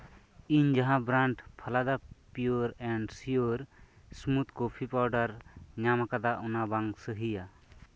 ᱤᱧ ᱡᱟᱸᱦᱟ brand Phalada pure and sure smooth coffee powder ᱧᱟᱢ ᱟᱠᱟᱫᱟ ᱚᱱᱟ ᱵᱟᱝ ᱥᱟᱹᱦᱤᱭᱟ